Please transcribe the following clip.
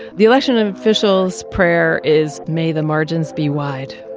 the election and official's prayer is, may the margins be wide.